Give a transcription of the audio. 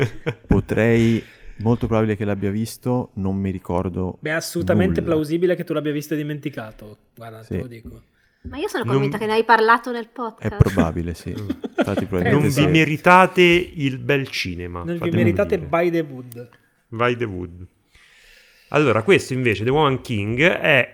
Potrei- molto probabile che l'abbia visto, non mi ricordo Beh, è assolutamente nulla. plausibile che tu l'abbia visto e dimenticato. Guarda, te Sì. lo dico. Ma io sono Non m- convinta che ne hai parlato nel È podcast. probabile, sì. Infatti probabilmente Non vi sì. meritate il bel cinema, Non vi fatemelo meritate dire. by the wood. By the wood. Allora, questo invece, The Woman King, è